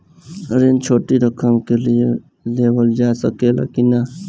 ऋण छोटी रकम के लिए लेवल जा सकेला की नाहीं?